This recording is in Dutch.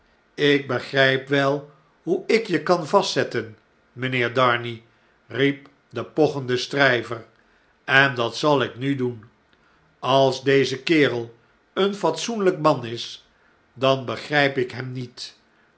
ik begryp wel hoe ik je kan vastzetten mijnheer darnay riep de pochende stryver en dat zal ik nu doen als deze kerel een fatsoenlp man is dan begrjjp ik hem niet